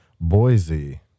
Boise